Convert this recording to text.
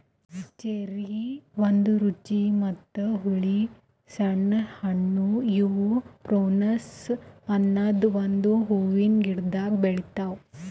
cherry ಒಂದ್ ರುಚಿ ಮತ್ತ ಹುಳಿ ಸಣ್ಣ ಹಣ್ಣು ಇವು ಪ್ರುನುಸ್ ಅನದ್ ಒಂದು ಹೂವಿನ ಗಿಡ್ದಾಗ್ ಬೆಳಿತಾವ್